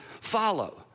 follow